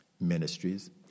ministries